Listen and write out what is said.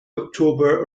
october